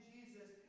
Jesus